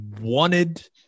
wanted